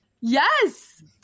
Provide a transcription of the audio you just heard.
Yes